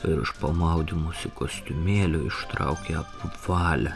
ir iš po maudymosi kostiumėlio ištraukė apvalią